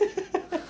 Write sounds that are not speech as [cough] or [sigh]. [laughs]